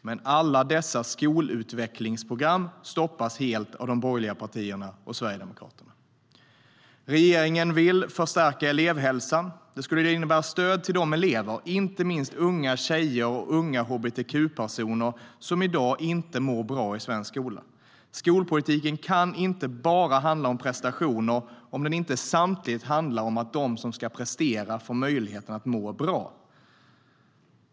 Men alla dessa skolutvecklingsprogram stoppas helt av de borgerliga partierna och Sverigedemokraterna.Regeringen vill förstärka elevhälsan. Det skulle innebära stöd till de elever, inte minst unga tjejer och unga hbtq-personer, som i dag inte mår bra i svensk skola. Skolpolitiken kan inte bara handla om prestationer om den inte samtidigt handlar om att de som ska prestera får möjlighet att må bra.